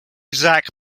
zack